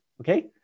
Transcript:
okay